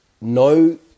no